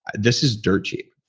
this is dirt cheap.